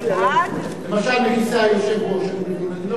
למשל מכיסא היושב-ראש אני מבין.